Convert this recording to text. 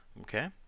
Okay